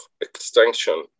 extinction